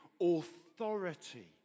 authority